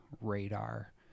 radar